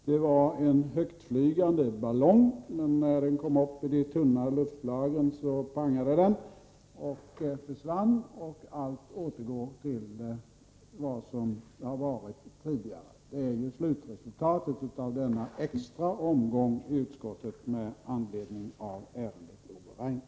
Det var en högtflygande ballong, men när den kom upp i de tunna luftlagren pangade den och försvann, och allt återgick till hur det varit tidigare. Detta är ju slutresultatet av den extra omgången i utskottet med anledning av ärendet Ove Rainer.